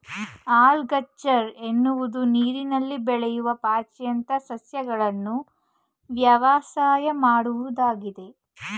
algaculture ಎನ್ನುವುದು ನೀರಿನಲ್ಲಿ ಬೆಳೆಯೂ ಪಾಚಿಯಂತ ಸಸ್ಯಗಳನ್ನು ವ್ಯವಸಾಯ ಮಾಡುವುದಾಗಿದೆ